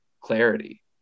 clarity